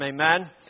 Amen